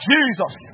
Jesus